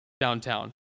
downtown